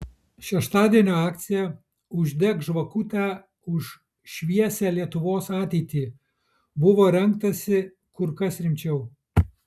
šeštadienio akcijai uždek žvakutę už šviesią lietuvos ateitį buvo rengtasi kur kas rimčiau